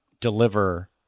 deliver